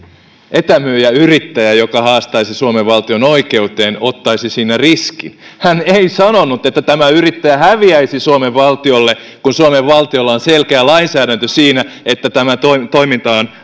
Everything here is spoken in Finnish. etämyyjäyrittäjä joka haastaisi suomen valtion oikeuteen ottaisi siinä riskin hän ei sanonut että tämä yrittäjä häviäisi suomen valtiolle kun suomen valtiolla on selkeä lainsäädäntö siinä että tämä toiminta on